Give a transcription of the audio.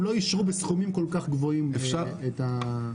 הם לא אישרו בסכומים כל כך גבוהים את הייעוץ הארגוני.